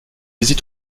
visite